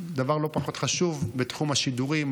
דבר לא פחות חשוב: בתחום השידורים,